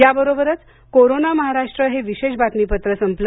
याबरोबरच कोरोना महाराष्ट्र हे विशेष बातमीपत्र संपलं